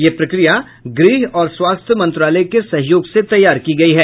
यह प्रक्रिया गृह और स्वास्थ्य मंत्रालय के सहयोग से तैयार की गई है